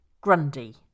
Grundy